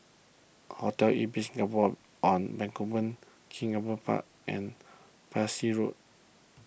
Hotel Ibis Singapore on Bencoolen King Albert Park and Parsi Road